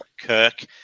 Kirk